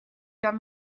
dan